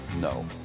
No